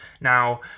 Now